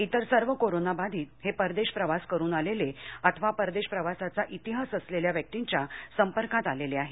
इतर सर्व कोरोना बाधित हे परदेश प्रवास करून आलेले अथवा परदेश प्रवासाचा इतिहास असलेल्या व्यक्तींच्या संपर्कात आलेले आहेत